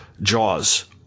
Jaws